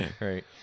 right